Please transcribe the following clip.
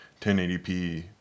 1080p